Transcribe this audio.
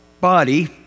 body